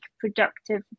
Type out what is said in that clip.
productive